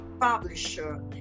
publisher